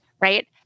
right